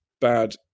bad